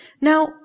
Now